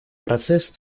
процесс